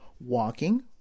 walking